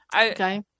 Okay